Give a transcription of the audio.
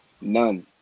None